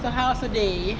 so how's your day